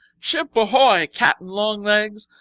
ship ahoy, cap'n long-legs!